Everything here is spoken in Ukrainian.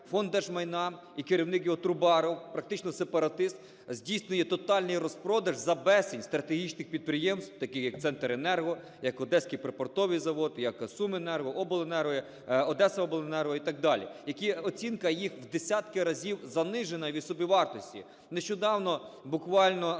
Фонд держмайна і керівник його Трубаров (практично сепаратист) здійснює тотальний розпродаж за безцінь стратегічних підприємств, таких як "Центренерго", як Одеський припортовий завод, як "Сумиенерго", обленерго, "Одесаобленерго" і так далі, які… оцінка їх в десятки разів занижена від собівартості. Нещодавно, буквально на днях,